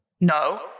no